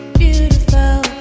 beautiful